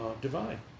divine